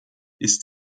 ist